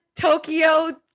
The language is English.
Tokyo